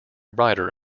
writer